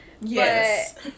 Yes